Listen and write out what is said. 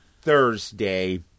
Thursday